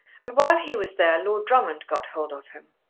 and while he was there lord drummond got hold of him.